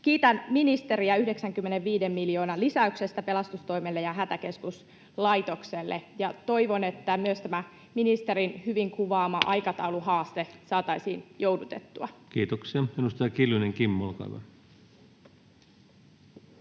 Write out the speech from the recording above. Kiitän ministeriä 95 miljoonan lisäyksestä pelastustoimelle ja Hätäkeskuslaitokselle ja toivon, että myös tätä ministerin hyvin kuvaamaa aikatauluhaastetta saataisiin joudutettua. Kiitoksia. — Edustaja Kiljunen, Kimmo, olkaa hyvä.